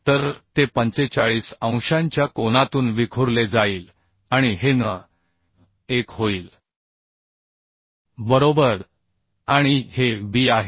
तर ते 45 अंशांच्या कोनातून विखुरले जाईल आणि हे n1 होईल बरोबर आणि हे b आहे